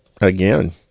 again